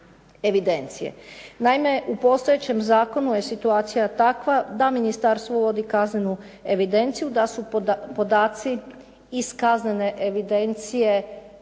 evidencije. Naime, u postojećem zakonu je situacija takva da ministarstvo uvodi kaznenu evidenciju, da su podaci iz kaznene evidencije